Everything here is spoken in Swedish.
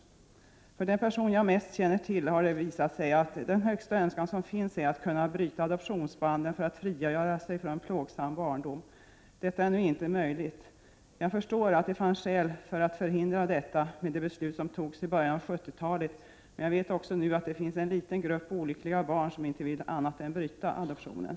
För den person i en sådan här situation som jag mest känner till har det visat sig att dennes högsta önskan är att kunna bryta adoptionsbanden för att frigöra sig från en plågsam barndom. Detta är nu inte möjligt. Jag förstår att det fanns skäl för att förhindra detta på grund av det beslut som fattades i början av 70-talet, men jag vet också nu att det finns en liten grupp olyckliga barn som inte vill annat än bryta adoptionen.